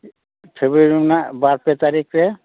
ᱯᱷᱮᱵᱽᱨᱩᱭᱟᱨᱤ ᱨᱮᱱᱟᱜ ᱵᱟᱨ ᱯᱮ ᱛᱟᱹᱨᱤᱠ ᱨᱮ